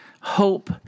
hope